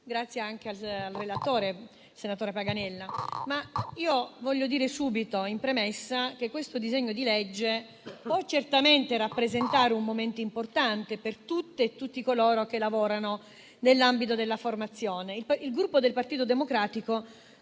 Ringrazio altresì il relatore, senatore Paganella. Tuttavia, vorrei subito dire in premessa che il disegno di legge in esame può certamente rappresentare un momento importante per tutte e tutti coloro che lavorano nell'ambito della formazione. Il Gruppo Partito Democratico